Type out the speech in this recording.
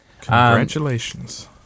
Congratulations